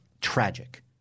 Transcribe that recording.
tragic